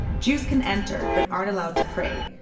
jews can enter but aren't allowed to pray.